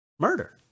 Murder